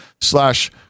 slash